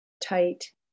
tight